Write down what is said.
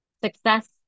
Success